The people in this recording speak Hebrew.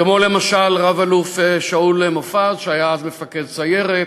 כמו למשל רב-אלוף שאול מופז, שהיה אז מפקד סיירת